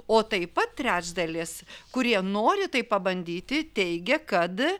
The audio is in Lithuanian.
o taip pat trečdalis kurie nori tai pabandyti teigia kad